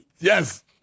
yes